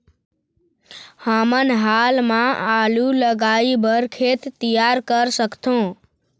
हमन हाल मा आलू लगाइ बर खेत तियार कर सकथों?